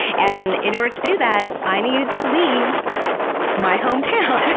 and in order to do that i needed to leave my hometown.